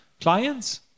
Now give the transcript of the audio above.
clients